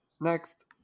Next